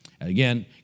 Again